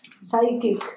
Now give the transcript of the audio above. psychic